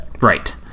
Right